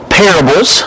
parables